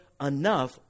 enough